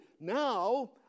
Now